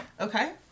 Okay